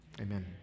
Amen